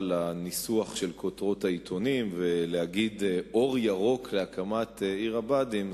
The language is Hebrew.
ישיב, ולאחר מכן תינתן ההזדמנות לשאלות נוספות.